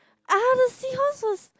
ah the seahorse was